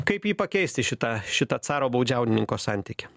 kaip jį pakeisti šitą šitą caro baudžiaunininko santykį